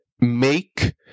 make